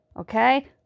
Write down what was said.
Okay